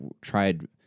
tried